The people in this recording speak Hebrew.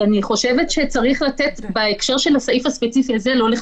לכן אני חושבת שצריך בהקשר של הסעיף הספציפי הזה לתת